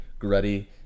gruddy